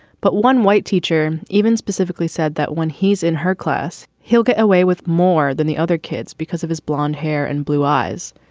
but one white teacher even specifically said that when he's in her class, he'll get away with more than the other kids because of his blond hair and blue eyes.